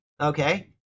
okay